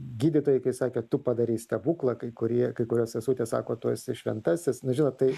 gydytojai kai sakė tu padarei stebuklą kai kurie kai kurios sesutės sako tu esi šventasis na žinot tai